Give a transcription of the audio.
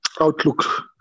outlook